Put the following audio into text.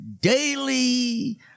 Daily